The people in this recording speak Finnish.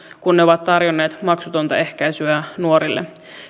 kun ne ovat tarjonneet maksutonta ehkäisyä nuorille